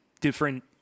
different